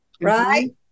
Right